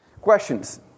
Questions